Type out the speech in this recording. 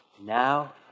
Now